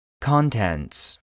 Contents